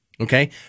Okay